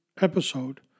episode